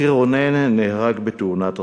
אחי רונן נהרג בתאונת דרכים.